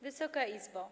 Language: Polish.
Wysoka Izbo!